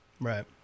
Right